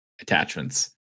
attachments